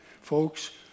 folks